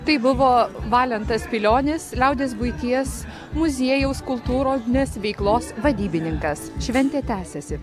tai buvo valentas pilionis liaudies buities muziejaus kultūrinės veiklos vadybininkas šventė tęsiasi